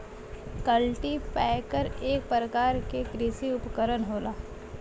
cultipacker एक परकार के कृषि उपकरन होला